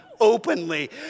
openly